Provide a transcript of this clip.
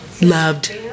Loved